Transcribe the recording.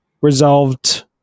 resolved